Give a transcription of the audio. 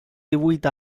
divuit